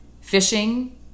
fishing